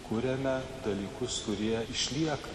kuriame dalykus kurie išlieka